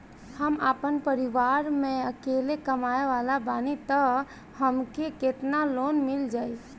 हम आपन परिवार म अकेले कमाए वाला बानीं त हमके केतना लोन मिल जाई?